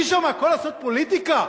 אי-אפשר מהכול לעשות פוליטיקה.